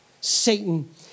Satan